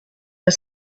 the